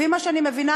לפי מה שאני מבינה,